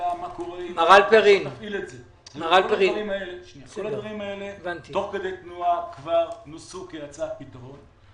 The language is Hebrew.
כל הדברים האלה כבר נוסו תוך כדי תנועה כהצעת פתרון.